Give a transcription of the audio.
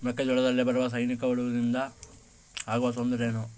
ಮೆಕ್ಕೆಜೋಳದಲ್ಲಿ ಬರುವ ಸೈನಿಕಹುಳುವಿನಿಂದ ಆಗುವ ತೊಂದರೆ ಏನು?